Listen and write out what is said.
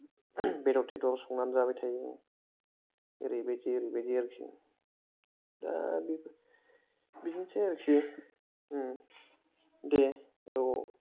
बेदर थेदर संनानै जाबाय थायो ओरैबायदि ओरैबायदि आरोखि दा बेफोर बिदिनोसै आरोखि ओम दे औ औ